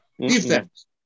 Defense